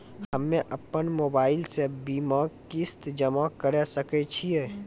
हम्मे अपन मोबाइल से बीमा किस्त जमा करें सकय छियै?